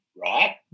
right